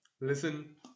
listen